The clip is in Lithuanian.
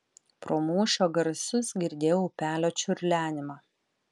pro mūšio garsus girdėjau upelio čiurlenimą